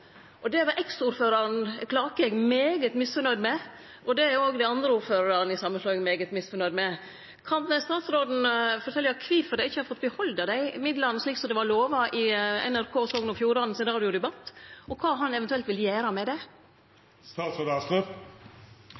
Det var eksordførar Klakegg veldig misfornøgd med, og det er òg dei andre ordførarane før samanslåinga veldig misfornøgde med. Kan statsråden fortelje kvifor dei ikkje har fått behalde dei midlane som dei var lova i NRK Sogn og Fjordane sin radiodebatt, og kva han eventuelt vil gjere med det?